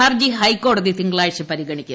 ഹർജി ഹൈക്കോടതി തിങ്കളാഴ്ച പരിഗണിക്കും